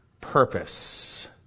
purpose